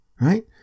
Right